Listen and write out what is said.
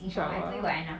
inshallah